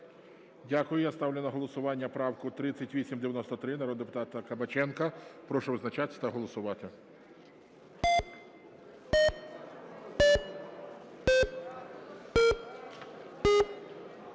Дякую. Я ставлю на голосування правку 3893 народного депутата Кабаченка. Прошу визначатись та голосувати.